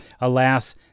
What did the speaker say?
Alas